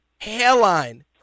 hairline